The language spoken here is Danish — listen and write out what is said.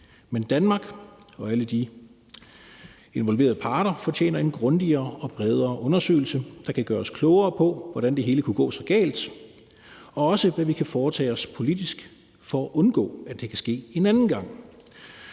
Men Danmark og alle de involverede parter fortjener en grundigere og bredere undersøgelse, der kan gøre os klogere på, hvordan det hele kunne gå så galt, og også, hvad vi kan foretage os politisk for at undgå, at det kan ske en anden gang.